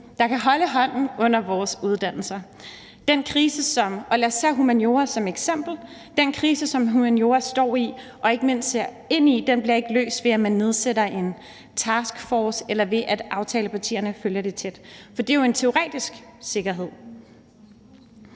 der kan holde hånden under vores uddannelser. Og lad os tage humaniora som eksempel: Den krise, som humaniora står i og ikke mindst ser ind i, bliver ikke løst, ved at man nedsætter en taskforce, eller ved at aftalepartierne følger det tæt, for det er jo en teoretisk sikkerhed.